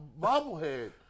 bobblehead